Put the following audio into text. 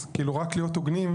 אז כאילו רק להיות הוגנים.